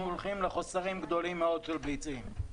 הולכים לחוסרים גדולים מאוד של ביצים.